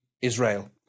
Israel